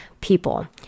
people